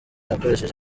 yakoresheje